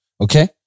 Okay